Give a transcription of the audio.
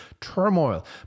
turmoil